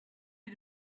you